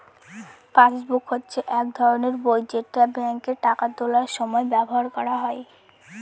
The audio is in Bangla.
পাসবুক হচ্ছে এক ধরনের বই যেটা ব্যাঙ্কে টাকা তোলার সময় ব্যবহার করা হয়